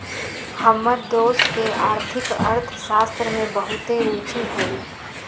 हमर दोस के आर्थिक अर्थशास्त्र में बहुते रूचि हइ